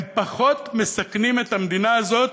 הם פחות מסכנים את המדינה הזאת